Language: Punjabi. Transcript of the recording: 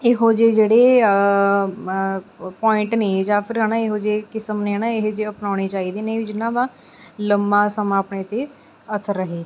ਇਹੋ ਜਿਹੇ ਜਿਹੜੇ ਪੁਆਇੰਟ ਨੇ ਜਾਂ ਫਿਰ ਹੈ ਨਾ ਇਹੋ ਜਿਹੇ ਕਿਸਮ ਨੇ ਨਾ ਇਹੋ ਜਿਹੇ ਅਪਣਾਉਣੇ ਚਾਹੀਦੇ ਨੇ ਵੀ ਜਿਹਨਾਂ ਦਾ ਲੰਮਾ ਸਮਾਂ ਆਪਣੇ 'ਤੇ ਅਸਰ ਰਹੇ